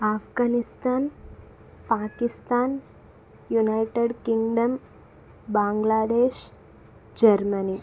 Afghanistan Pakistan United Kingdom Bangladesh Germany